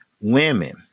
women